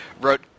wrote –